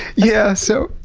yeah, so.